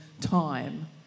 time